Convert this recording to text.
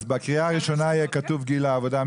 בקריאה הראשונה יהיה כתוב גיל העבודה,